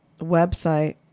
website